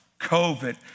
COVID